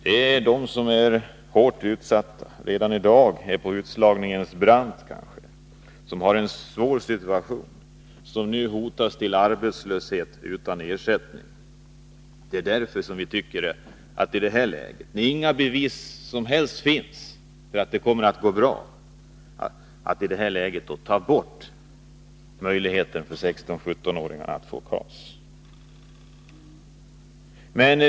De är hårt utsatta, och redan i dag befinner de sig kanske på utslagningens brant. De har alltså en svår situation och hotas nu av arbetslöshet utan ersättning. Vi tycker att det är fel att i detta läge, när inga som helst bevis finns för att det kommer att gå bra, ta bort möjligheten för 16—17-åringar att få KAS.